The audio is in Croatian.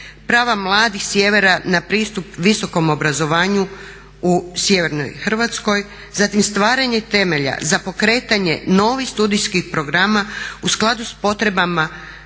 prava mladih sjevera na pristup visokom obrazovanju u sjevernoj Hrvatskoj zatim stvaranje temelja za pokretanje novih studijskih programa u skladu s potrebama